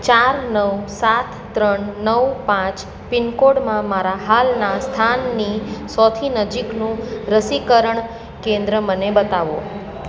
ચાર નવ સાત ત્રણ નવ પાંચ પિનકોડમાં મારા હાલના સ્થાનની સૌથી નજીકનું રસીકરણ કેન્દ્ર મને બતાવો